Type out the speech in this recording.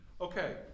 Okay